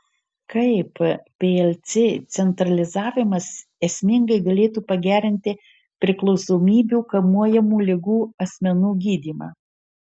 kaip plc centralizavimas esmingai galėtų pagerinti priklausomybių kamuojamų ligų asmenų gydymą